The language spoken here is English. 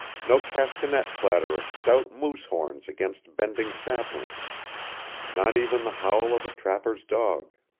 no castanet clatter of stout moose horns against bending saplings not even the howl of a trapper's dog.